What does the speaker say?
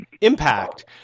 impact